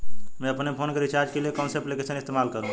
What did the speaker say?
मैं अपने फोन के रिचार्ज के लिए कौन सी एप्लिकेशन इस्तेमाल करूँ?